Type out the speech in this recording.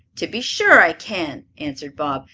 to be sure i can! answered bob.